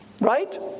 right